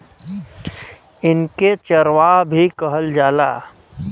इनके चरवाह भी कहल जाला